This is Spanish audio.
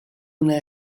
una